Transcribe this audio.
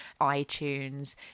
iTunes